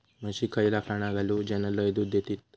म्हशीक खयला खाणा घालू ज्याना लय दूध देतीत?